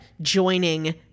joining